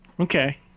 Okay